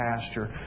pasture